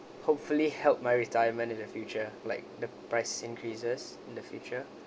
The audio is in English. hopefully help my retirement in the future like the price increases in the future